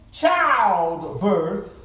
childbirth